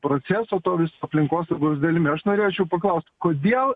proceso to viso aplinkosaugos dalimi aš norėčiau paklaust kodėl